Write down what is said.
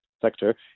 sector